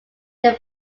their